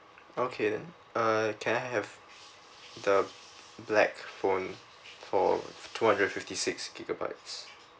okay then uh can I have the black phone for two hundred and fifty six gigabytes